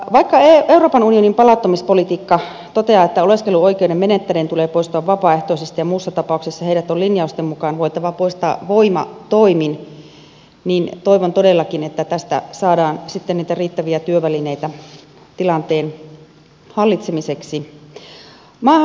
vaikka euroopan unionin palauttamispolitiikka toteaa että oleskeluoikeuden menettäneen tulee poistua vapaaehtoisesti ja muussa tapauksessa heidät on linjausten mukaan voitava poistaa voimatoimin niin toivon todellakin että tästä saadaan sitten niitä riittäviä työvälineitä tilanteen hallitsemiseksi